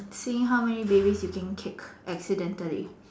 seeing how many babies you can kick accidentally